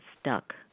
stuck